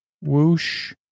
Whoosh